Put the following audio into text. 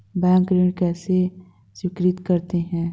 Bank ऋण कैसे स्वीकृत करते हैं?